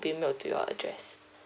be mailed to your address